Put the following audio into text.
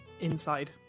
inside